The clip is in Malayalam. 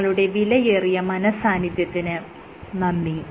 നിങ്ങളുടെ വിലയേറിയ മനഃസാന്നിധ്യത്തിന് നന്ദി